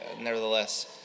nevertheless